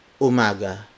Umaga